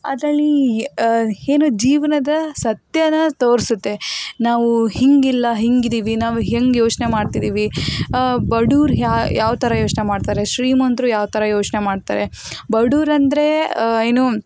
ಅದರಲ್ಲಿ ಏನು ಜೀವನದ ಸತ್ಯನ ತೋರಿಸುತ್ತೆ ನಾವು ಹೀಗಿಲ್ಲ ಹೀಗಿದೀವಿ ನಾವು ಹೇಗೆ ಯೋಚನೆ ಮಾಡ್ತಿದ್ದೀವಿ ಬಡವರು ಯಾವ ಥರ ಯೋಚನೆ ಮಾಡ್ತಾರೆ ಶ್ರೀಮಂತರು ಯಾವ ಥರ ಯೋಚನೆ ಮಾಡ್ತಾರೆ ಬಡವರೆಂದ್ರೆ ಏನು